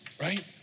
right